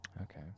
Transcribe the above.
Okay